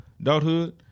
adulthood